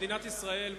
במדינת ישראל,